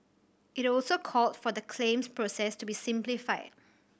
it also called for the claims process to be simplified